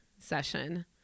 session